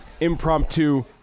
impromptu